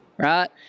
Right